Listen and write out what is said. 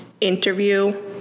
interview